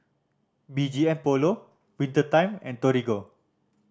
B G M Polo Winter Time and Torigo